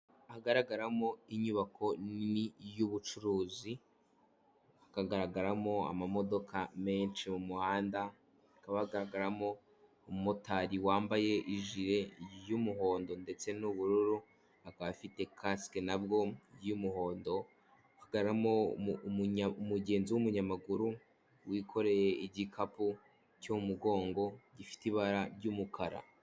Hagaragaramo inyubako nini y'ubucuruzi, hakagaragaramo ama modoka menshi mu muhanda, hakaba hagaragaramo umumotari wambaye ijire y'umuhondo ndetse n'ubururu akaba afite kaske nabwo y'umuhondo, hagaragaramo umugenzi w'umunyamaguru wikoreye igikapu cyo mu mugongo gifite ibara ry'umukara.